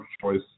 choice